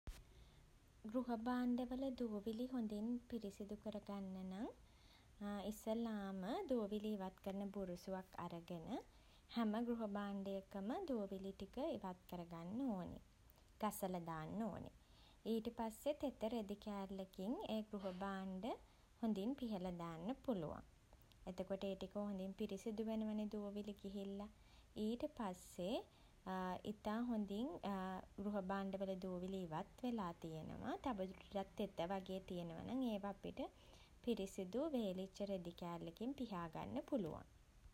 ගෘහ භාණ්ඩවල දූවිලි හොඳින් පිරිසිදු කරගන්න නම් ඉස්සෙල්ලාම දූවිලි ඉවත් කරන බුරුසුවක් අරගෙන හැම ගෘහ භාණ්ඩයකම දූවිලි ටික ඉවත් කරගන්න ඕනේ. ගසලා දාන්න ඕනේ. ඊට පස්සේ තෙත රෙදි කෑල්ලකින් ඒ ගෘහ භාණ්ඩ හොඳින් පිහලා දාන්න පුළුවන්. එතකොට ඒ ටික හොඳින් පිරිසිදු වෙනවනේ දූවිලි ගිහිල්ලා. ඊට පස්සේ ඉතා හොඳින් ගෘහ භාණ්ඩවල දූවිලි ඉවත් වෙලා තියෙනවා. තව දුරටත් තෙත වගේ තියෙනවා නම් ඒවා අපිට පිරිසිදු වේලිච්ච රෙදි කෑල්ලකින් පිහා ගන්න පුළුවන්.